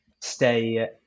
stay